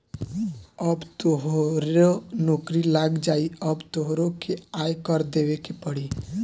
अब तोहरो नौकरी लाग गइल अब तोहरो के आय कर देबे के पड़ी